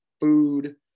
food